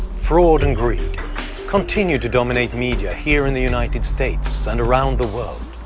fraud, and greed continue to dominate media here in the united states and around the world.